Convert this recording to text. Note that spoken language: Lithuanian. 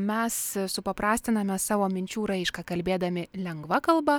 mes supaprastiname savo minčių raišką kalbėdami lengva kalba